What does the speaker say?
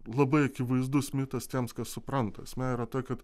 labai akivaizdus mitas tiems kas supranta ta prasme yra ta kad